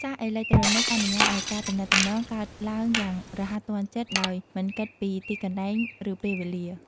សារអេឡិចត្រូនិចអនុញ្ញាតឲ្យការទំនាក់ទំនងកើតឡើងយ៉ាងរហ័សទាន់ចិត្ត ដោយមិនគិតពីទីកន្លែង ឬពេលវេលា។